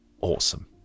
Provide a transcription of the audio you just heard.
awesome